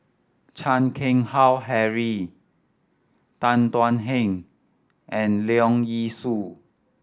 Chan Keng Howe Harry Tan Thuan Heng and Leong Yee Soo